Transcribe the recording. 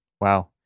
wow